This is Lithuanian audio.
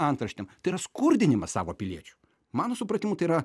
antraštėm tai yra skurdinimas savo piliečių mano supratimu tai yra